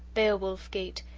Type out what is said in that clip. beowulf geat,